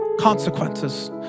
consequences